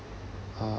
uh